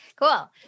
Cool